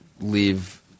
leave